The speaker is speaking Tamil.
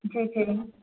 சரி சரி